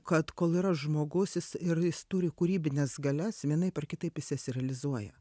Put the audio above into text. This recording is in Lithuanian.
kad kol yra žmogus jis ir jis turi kūrybines galias vienaip ar kitaip jis jas realizuoja